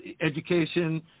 education